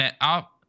up